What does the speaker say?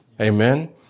Amen